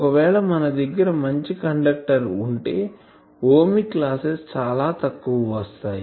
ఒకవేళ మన దగ్గర మంచి కండక్టర్ ఉంటే ఒమిక్ లాసెస్ చాలా తక్కువ వస్తాయి